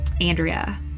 Andrea